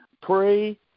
pray